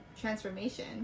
transformation